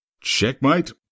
Checkmate